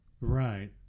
Right